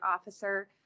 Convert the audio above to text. Officer